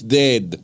dead